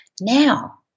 now